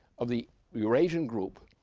of the eurasian group,